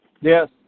Yes